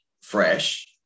fresh